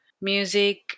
music